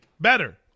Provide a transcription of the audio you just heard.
Better